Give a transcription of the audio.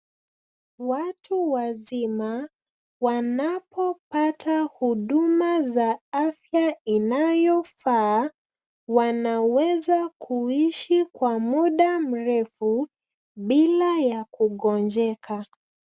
Watu wazima wanapopata huduma za afya inayofaa wanaweza kuishi kwa muda mrefu bila ya kugonjeka.